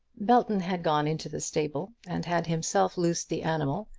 belton had gone into the stable, and had himself loosed the animal,